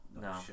no